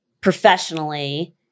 professionally